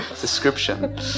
description